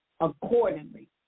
accordingly